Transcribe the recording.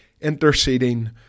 interceding